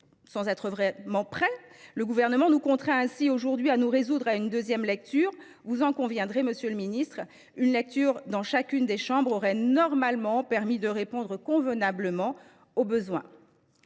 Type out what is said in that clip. sans être prêt, le Gouvernement nous contraint aujourd’hui à nous résoudre à une deuxième lecture. Vous en conviendrez, monsieur le ministre : une lecture dans chacune des chambres aurait normalement permis de répondre convenablement aux besoins.